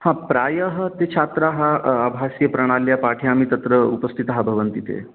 हा प्रायः ते छात्राः अभाष्यप्रणाल्या पाठयामि तत्र उपस्थिताः भवन्ति ते